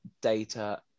data